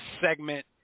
segment